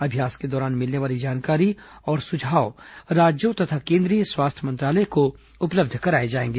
अभ्यास के दौरान मिलने वाली जानकारी और सुझाव राज्यों और केन्द्रीय स्वास्थ्य मंत्रालय को उपलब्ध कराये जायेंगे